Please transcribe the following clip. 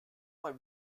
mal